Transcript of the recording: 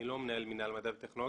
אני לא מנהל מינהל מדע וטכנולוגיה,